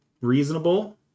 reasonable